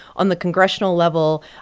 on the congressional level,